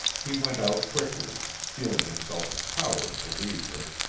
he went out quickly, feeling himself a coward to leave her,